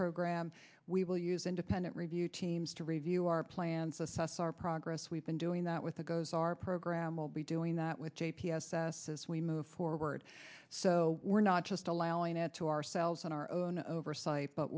program we will use independent review teams to review our plans assess our progress we've been doing that with the goes our program will be doing that with j p s s as we move forward so we're not just allowing it to ourselves in our own oversight but